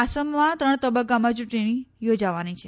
આસામમાં ત્રણ તબક્કામાં યૂંટણી યોજાવાની છે